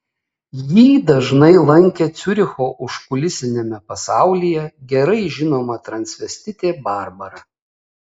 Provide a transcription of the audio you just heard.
jį dažnai lankė ciuricho užkulisiniame pasaulyje gerai žinoma transvestitė barbara